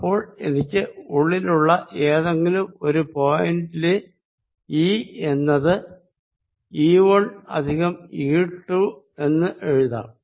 അപ്പോൾ എനിക്ക് ഉള്ളിലുള്ള ഏതെങ്കിലും ഒരു പോയിന്റ് ലെ ഈ എന്നത് E1E2 എന്ന് എഴുതാം